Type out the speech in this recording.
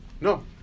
No